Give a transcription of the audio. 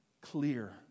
clear